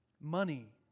money